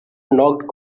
knocked